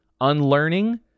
unlearning